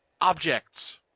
objects